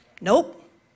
nope